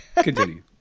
continue